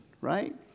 right